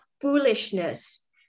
foolishness